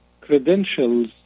credentials